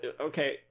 Okay